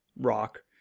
rock